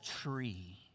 tree